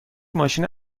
ماشین